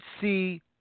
see